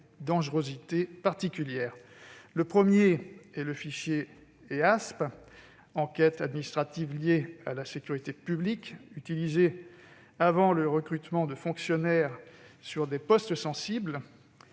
Le premier est le fichier EASP, pour « enquêtes administratives liées à la sécurité publique », utilisé avant le recrutement de fonctionnaires sur des postes sensibles.